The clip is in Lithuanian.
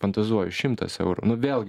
fantazuoju šimtas eurų nu vėlgi